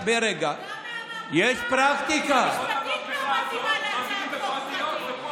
משפטית לא מתאימה להצעת חוק פרטית.